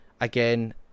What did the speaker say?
again